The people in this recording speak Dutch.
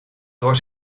door